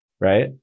right